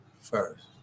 first